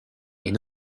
est